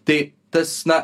tai tas na